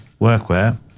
workwear